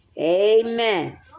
Amen